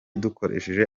dukoresheje